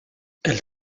elle